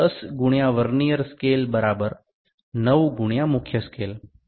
যা বোঝায় ভার্নিয়ার স্কেলের ১০টি ভাগ মূল স্কেলের ৯টি ভাগের সমান